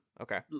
okay